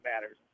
matters